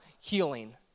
healing